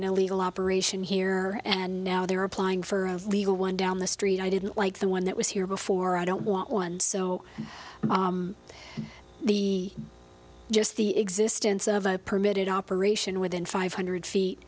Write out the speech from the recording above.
an illegal operation here and now they're applying for a legal one down the street i didn't like the one that was here before i don't want one so the just the existence of a permitted operation within five hundred feet